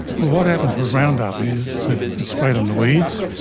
what happens with roundup is that it's spread on the weeds,